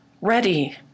ready